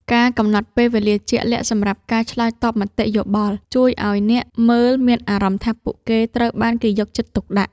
ការកំណត់ពេលវេលាជាក់លាក់សម្រាប់ការឆ្លើយតបមតិយោបល់ ជួយឱ្យអ្នកមើលមានអារម្មណ៍ថាពួកគេត្រូវបានគេយកចិត្តទុកដាក់។